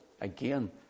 again